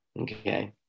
Okay